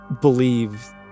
believe